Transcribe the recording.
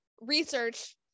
research